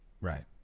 right